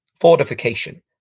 fortification